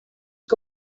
que